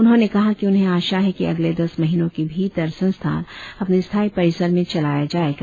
उन्होंने कहा कि उन्हें आशा है कि अगले दस महिनों के भीतर संस्थान अपने स्थायी परिसर में चलाया जाएगा